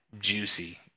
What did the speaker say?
juicy